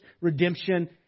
redemption